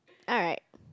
alright